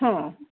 हां